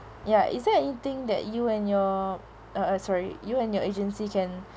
ya is there anything that you and your uh uh sorry you and your agency can